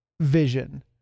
vision